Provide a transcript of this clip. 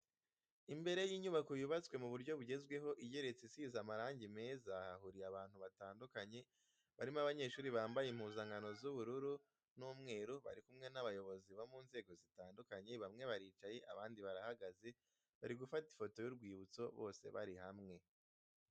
Imbere y'inyubako yubatswe mu buryo bugezweho igeretse isize amarangi meza, hahuriye abantu batandukanye barimo abanyeshuri bambaye impuzankano z'ubururu n'umweru, bari kumwe n'abayobozi bo mu nzego zitandukanye bamwe baricaye abandi barahagaze, bari gufata ifoto y'urwibutso bose bari hamwe.